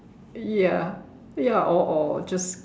ya ya or or or just